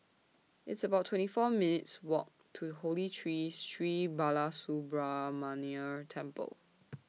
It's about twenty four minutes' Walk to Holy Tree Sri Balasubramaniar Temple